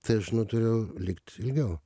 tai aš nutariau likt ilgiau